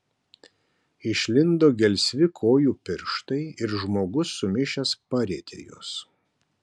išlindo gelsvi kojų pirštai ir žmogus sumišęs parietė juos